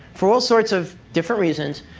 for all sorts of different reasons,